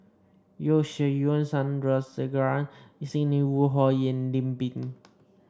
Yeo Shih Yun Sandrasegaran Sidney Woodhull Lim Pin